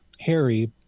Harry